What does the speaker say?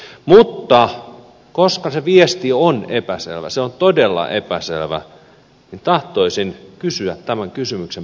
mutta koska se viesti on epäselvä se on todella epäselvä niin tahtoisin kysyä tämän kysymyksen pääministeri kataiselta